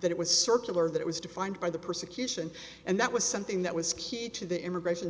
that it was circular that it was defined by the persecution and that was something that was key to the immigration